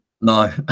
No